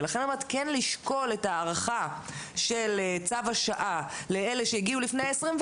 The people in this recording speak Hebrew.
ולכן אני אומרת כן לשקול את הארכה של צו השעה לאלה שהגיעו לפני ה-24,